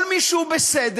כל מי שהוא בסדר,